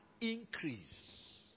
increase